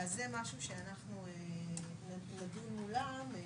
זה משהו שאנחנו נדון מולם.